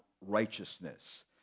righteousness